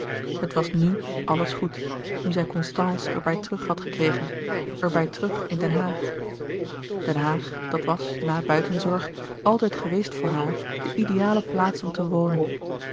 het was nu alles goed nu zij constance er bij terug had gekregen er bij terug in den haag den haag dat was na buitenzorg altijd geweest voor haar de ideale plaats om te wonen